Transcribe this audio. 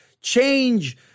change